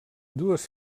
dues